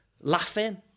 laughing